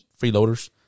freeloaders